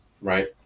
right